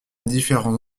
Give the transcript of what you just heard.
différents